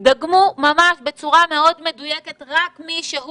דגמו ממש בצורה מאוד מדויקת רק מי שהוא